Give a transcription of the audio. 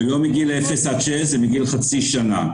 זה לא מגיל אפס עד שש, זה מגיל חצי שנה.